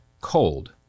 cold